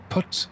Put